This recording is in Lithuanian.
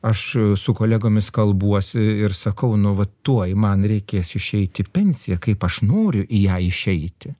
aš su kolegomis kalbuosi ir sakau nu vat tuoj man reikės išeit į pensiją kaip aš noriu į ją išeiti